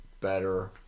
better